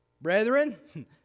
brethren